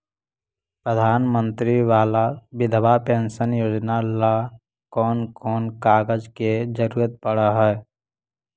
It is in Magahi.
प्रधानमंत्री बाला बिधवा पेंसन योजना ल कोन कोन कागज के जरुरत पड़ है?